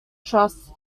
trusts